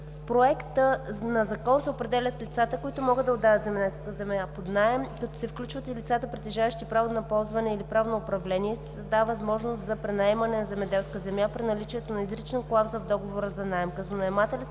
с Проекта на закон се определят лицата, които могат да отдават земеделска земя под наем, като се включват и лицата, притежаващи право на ползване или право на управление, и се създава възможност за пренаемане на земеделска земя при наличието на изрична клауза в договора за наем, като наемателят